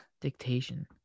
Dictation